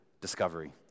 discovery